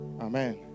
Amen